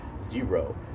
Zero